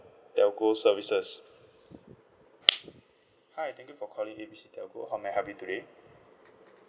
telco services hi thank you for calling A B C telco how may I help you today